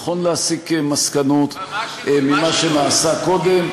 נכון להסיק מסקנות ממה שנעשה קודם.